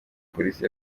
polisi